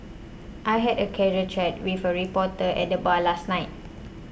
I had a casual chat with a reporter at the bar last night